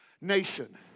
nation